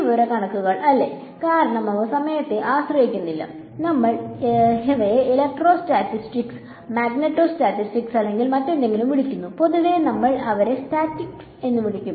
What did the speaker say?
സ്ഥിതിവിവരക്കണക്കുകൾ അല്ലെ കാരണം അവ സമയത്തെ ആശ്രയിക്കുന്നില്ല നമ്മൾ അവയെ ഇലക്ട്രോസ്റ്റാറ്റിക് മാഗ്നെറ്റോ സ്റ്റാറ്റിക്സ് അല്ലെങ്കിൽ മറ്റെന്തെങ്കിലും വിളിക്കുന്നു പൊതുവേ നമ്മൾ അവരെ സ്റ്റാറ്റിക്സ് എന്ന് വിളിക്കും